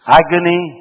agony